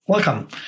Welcome